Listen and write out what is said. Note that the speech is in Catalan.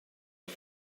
els